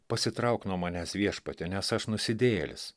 pasitrauk nuo manęs viešpatie nes aš nusidėjėlis